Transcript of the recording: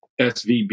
SVB